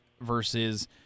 versus